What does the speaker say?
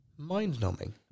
Mind-numbing